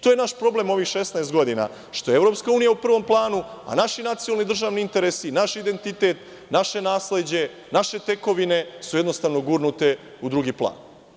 To je naš problem ovih 16 godina, što je Evropska unija u prvom planu, a naši nacionalni i državni interesi, naš identitet, naše nasleđe, naše tekovine, su jednostavno gurnute u drugi plan.